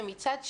מצד שני,